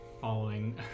following